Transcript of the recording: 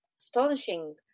astonishing